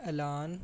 ਐਲਾਨ